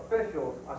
officials